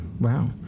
wow